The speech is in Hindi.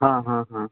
हाँ हाँ हाँ